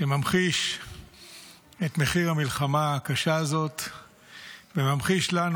שממחיש את מחיר המלחמה הקשה הזאת וממחיש לנו,